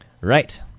Right